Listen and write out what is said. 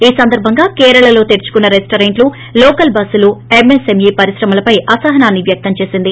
ఈ సందర్భంగా కేరళలో తెరుచుకున్న రెస్షారెంట్లు లోకల్ బస్సులు ఎంఎస్ఎంఈ పరిశ్రమలపై అసహనాన్ని వ్యక్తం చేసింది